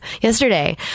yesterday